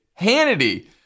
Hannity